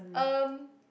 um